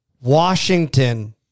Washington